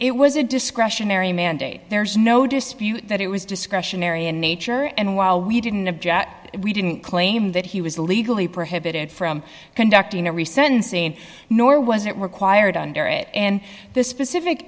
it was a discretionary mandate there's no dispute that it was discretionary in nature and while we didn't object we didn't claim that he was legally prohibited from conducting a recent scene nor was it required under it and the specific